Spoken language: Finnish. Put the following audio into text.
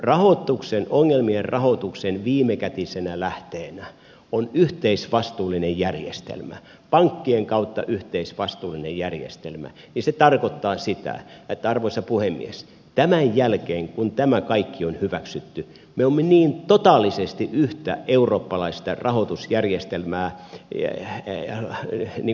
kun ongelmien rahoituksen viimekätisenä lähteenä on yhteisvastuullinen järjestelmä pankkien kautta yhteisvastuullinen järjestelmä se tarkoittaa sitä arvoisa puhemies että tämän jälkeen kun tämä kaikki on hyväksytty me olemme totaalisesti yhtä eurooppalaista rahoitusjärjestelmää finanssijärjestelmää